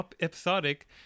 episodic